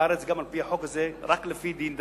בארץ גם על-פי החוק הזה רק לפי דין דתי.